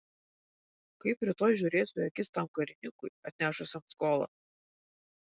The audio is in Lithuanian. kaip rytoj žiūrėsiu į akis tam karininkui atnešusiam skolą